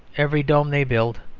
every dome they build,